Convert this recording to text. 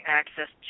access